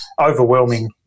overwhelming